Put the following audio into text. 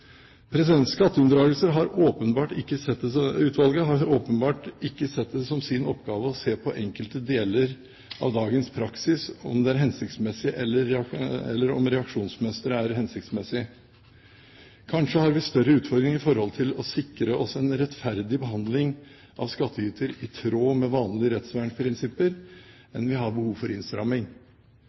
har åpenbart ikke sett det som sin oppgave å se på enkelte deler av dagens praksis – om det er hensiktsmessig, eller om reaksjonsmønsteret er hensiktsmessig. Kanskje har vi større utfordringer når det gjelder å sikre oss en rettferdig behandling av skattyter i tråd med vanlige rettsvernsprinsipper enn vi har behov for innstramming.